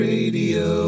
Radio